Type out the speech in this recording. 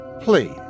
please